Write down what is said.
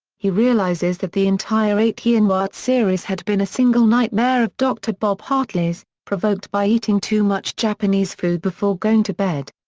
he realizes that the entire eight-year newhart series had been a single nightmare of dr. bob hartley's, provoked by eating too much japanese food before going to bed.